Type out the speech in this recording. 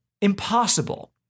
impossible